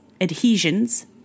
adhesions